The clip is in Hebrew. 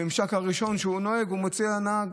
הממשק הראשון שהוא מוציא את זה עליו הוא הנהג.